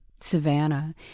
Savannah